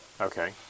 Okay